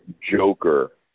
Joker